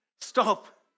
Stop